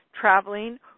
traveling